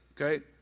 okay